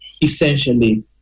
Essentially